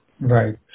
Right